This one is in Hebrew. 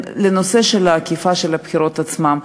לנושא של אכיפה בבחירות עצמן,